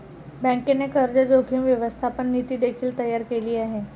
बँकेने कर्ज जोखीम व्यवस्थापन नीती देखील तयार केले आहे